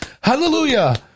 hallelujah